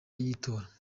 y’itora